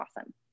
awesome